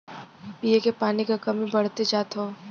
पिए के पानी क कमी बढ़्ते जात हौ